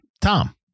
Tom